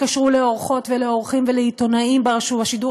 לעורכות ולעורכים ולעיתונאים ברשות השידור